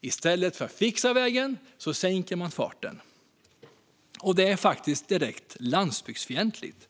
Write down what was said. I stället för att fixa vägen sänker man farten. Det är direkt landsbygdsfientligt.